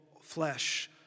flesh